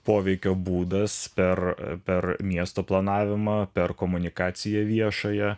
poveikio būdas per per miesto planavimą per komunikaciją viešąją